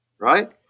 Right